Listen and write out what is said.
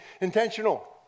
intentional